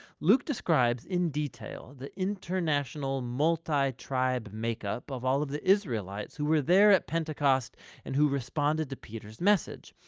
luke describes in detail the international, multi-tribe makeup of all of the israelites who were there at pentecost and who responded to peter's message.